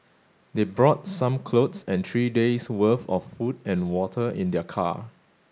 they brought some clothes and three days' worth of food and water in their car